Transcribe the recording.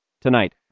Tonight